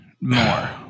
more